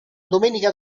domenica